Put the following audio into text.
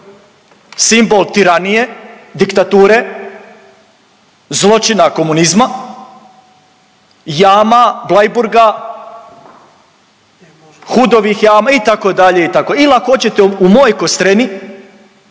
simbol tiranije, diktature, zločina komunizma, jama Bleiburga, Hudovih jama itd., itd. ili ako hoćete u mojoj Kostreni